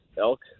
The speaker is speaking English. Elk